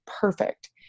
perfect